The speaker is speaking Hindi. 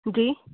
जी